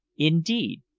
indeed,